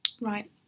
Right